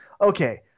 okay